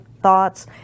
thoughts